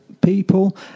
people